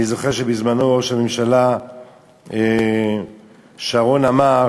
אני זוכר שבזמנו ראש הממשלה שרון אמר: